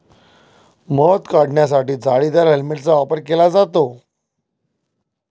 मध काढण्यासाठी जाळीदार हेल्मेटचा वापर केला जातो